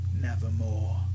nevermore